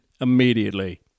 immediately